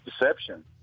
deception